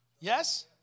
Yes